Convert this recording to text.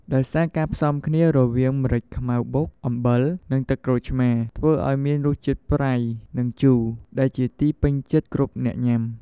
ដោយការផ្សំគ្នារវាង ម្រេចខ្មៅបុក អំបិល និងទឹកក្រូចឆ្មាធ្វើឲ្យមានរសជាតិប្រៃ និងជូរដែលជាទីពេញចិត្តគ្រប់អ្នកញុាំ។